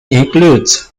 includes